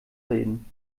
reden